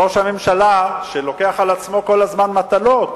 ראש הממשלה, שלוקח על עצמו כל הזמן מטלות,